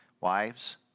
Wives